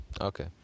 Okay